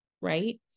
right